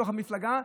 בתוך המפלגה,